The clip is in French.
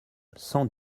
cent